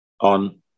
on